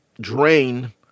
drain